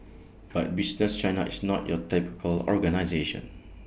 but business China is not your typical organisation